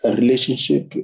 relationship